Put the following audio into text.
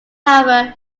however